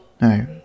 no